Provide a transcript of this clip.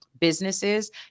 businesses